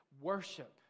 Worship